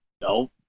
No